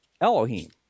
Elohim